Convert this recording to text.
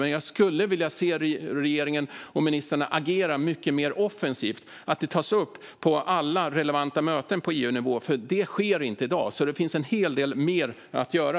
Men jag skulle vilja se regeringen och ministrarna agera mycket mer offensivt, så att det tas upp på alla relevanta möten på EU-nivå. Det sker inte i dag, så det finns en hel del mer att göra.